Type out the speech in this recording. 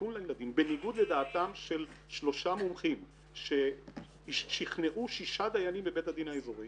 בניגוד לדעתם של שלושה מומחים ששכנעו שישה דיינים בבית הדין האזורי,